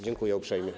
Dziękuję uprzejmie.